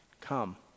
come